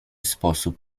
sposób